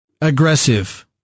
aggressive